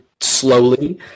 slowly